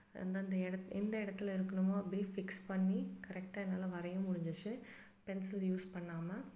எந்தெந்த இடத் எந்த இடத்துல இருக்கணுமோ அப்படியே ஃபிக்ஸ் பண்ணி கரெக்டாக என்னால் வரைய முடிஞ்சிச்சு பென்சில் யூஸ் பண்ணாமல்